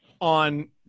on